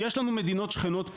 יש לנו מדינות שכנות,